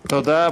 תודה.